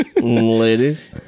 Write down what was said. Ladies